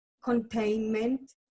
containment